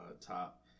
top